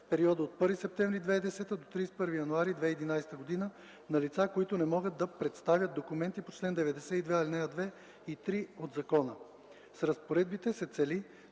в периода от 1 септември 2010 г. до 31 януари 2011 г. на лица, които не могат да представят документите по чл. 92, ал. 2 и 3 от закона. С разпоредбите се цели